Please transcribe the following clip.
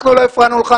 אנחנו לא הפרענו לך.